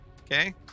Okay